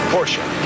Porsche